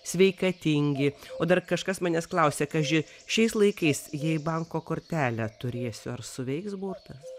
sveikatingi o dar kažkas manęs klausė kaži šiais laikais jei banko kortelę turėsiu ar suveiks burtas